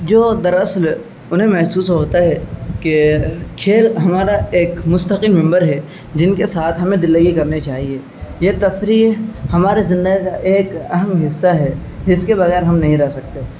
جو دراصل انہیں محسوس ہوتا ہے کہ کھیل ہمارا ایک مستقل ممبر ہے جن کے ساتھ ہمیں دللگی کرنے چاہیے یہ تفریح ہمارے زندگی کا ایک اہم حصہ ہے جس کے بغیر ہم نہیں رہ سکتے